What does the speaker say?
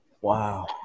Wow